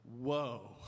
whoa